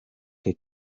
que